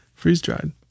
freeze-dried